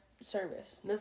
service